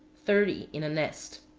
thirty in a nest.